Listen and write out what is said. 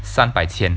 三百千